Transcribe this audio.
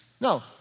No